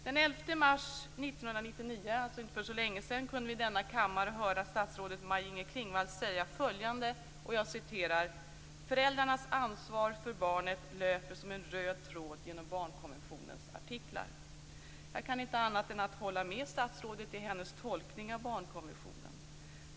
Den 11 mars 1999, för inte så länge sedan, kunde vi i denna kammare höra statsrådet Maj-Inger Klingvall säga följande: "Föräldrarnas ansvar för barnet löper som en röd tråd genom barnkonventionens sakartiklar." Jag kan inte annat än hålla med statsrådet i hennes tolkning av barnkonventionen.